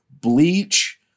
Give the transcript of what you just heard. Bleach